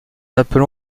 appelons